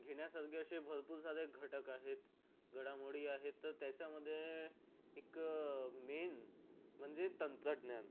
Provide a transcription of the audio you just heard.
घेण्यासारखे असे भरपूर सारे घटक आहेत घडामोडी आहेत तर त्याच्यामध्ये एक मेन म्हणजे तंत्रज्ञान